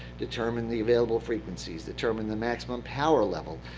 determine the available frequencies, determine the maximum power level,